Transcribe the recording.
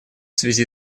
связи